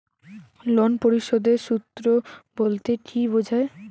Loan পরিশোধের সূএ বলতে কি বোঝায়?